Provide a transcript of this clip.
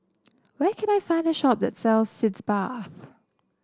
where can I find a shop that sells Sitz Bath